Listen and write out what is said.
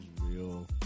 real